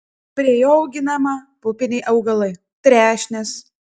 prie jo auginama pupiniai augalai trešnės